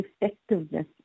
effectiveness